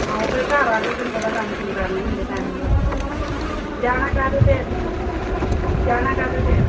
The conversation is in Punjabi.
ਆਹੋ ਫਿਰ ਘਰ ਆ ਕੇ ਵੀ ਤੈਨੂੰ ਪਤਾ ਕੰਮ ਕੁੰਮ ਕਰਨੇ ਹੁੰਦੇ ਟਾਈਮ ਨਾਲ ਆ ਜਾਂਗੇ ਜਾਣਾ ਕਾਹਦੇ 'ਤੇ ਹੈ ਜਾਣਾ ਕਾਹਦੇ 'ਤੇ ਹੈ